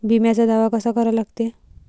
बिम्याचा दावा कसा करा लागते?